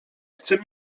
chce